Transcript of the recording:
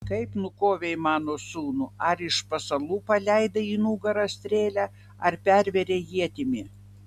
kaip nukovei mano sūnų ar iš pasalų paleidai į nugarą strėlę ar pervėrei ietimi